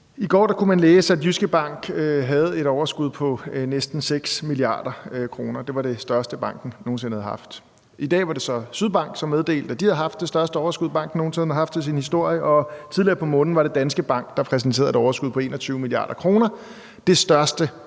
I går kunne man læse, at Jyske Bank havde et overskud på næsten 6 mia. kr. Det er det største, banken nogen sinde har haft. I dag var det så Sydbank, som meddelte, at de har haft det største overskud, banken nogen sinde har haft i sin historie, og tidligere på månen var det Danske Bank, der præsenterede et overskud på 21 mia. kr. – det største banken